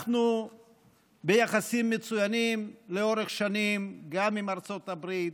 אנחנו ביחסים מצוינים לאורך שנים גם עם ארצות הברית,